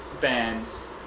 bands